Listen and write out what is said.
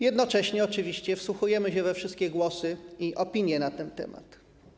Jednocześnie oczywiście wsłuchujemy się we wszystkie głosy i opinie na ten temat.